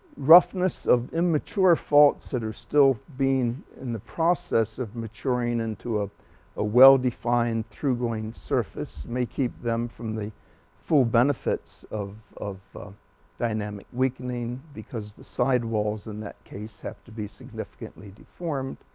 roughness of immature faults that are still being in the process of maturing into a a well-defined through going surface may keep them from the full benefits of of dynamic weakening because the sidewalls in that case have to be significantly deformed